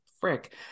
frick